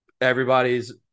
Everybody's